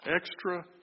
Extra